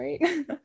right